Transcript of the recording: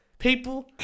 People